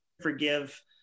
forgive